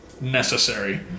necessary